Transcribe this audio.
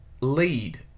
lead